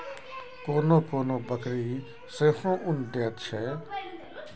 कोनो कोनो बकरी सेहो उन दैत छै